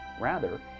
Rather